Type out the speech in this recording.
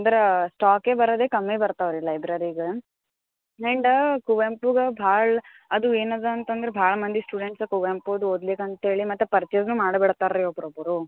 ಅಂದ್ರೆ ಸ್ಟಾಕೆ ಬರದೇ ಕಮ್ಮಿ ಬರ್ತಾವೆ ರೀ ಲೈಬ್ರೆರಿಗೆ ನೆಂಡಾ ಕುವೆಂಪುಗೆ ಭಾಳ ಅದು ಏನಿದೆ ಅಂತಂದ್ರೆ ಭಾಳ ಮಂದಿ ಸ್ಟೂಡೆಂಟ್ಸ್ ಕುವೆಂಪುದು ಓದ್ಲಿಕ್ಕೆ ಅಂಥೇಳಿ ಮತ್ತು ಪರ್ಚೆಸ್ ಮಾಡಿ ಬಿಡ್ತಾರೆ ರೀ ಒಬ್ರು ಒಬ್ಬರು